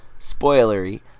spoilery